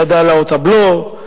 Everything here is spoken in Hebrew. בעד העלאות הבלו,